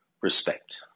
respect